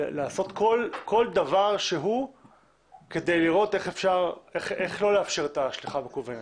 לעשות כל דבר שהוא כדי לראות איך לא לאפשר את השליחה המקוונת.